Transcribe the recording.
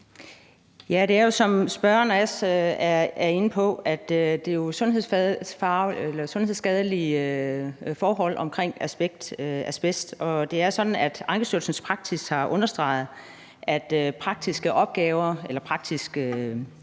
Det er jo sådan, som spørgeren er inde på, at det er sundhedsskadeligt med asbest, og det er sådan, at Ankestyrelsens praksis har understreget, at praktiske arbejdsopgaver,